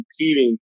competing